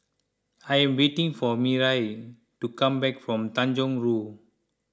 I am waiting for Miriah to come back from Tanjong Rhu